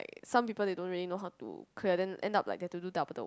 some people they don't really know how to clear then end up like they have to do double the